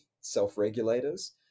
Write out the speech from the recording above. self-regulators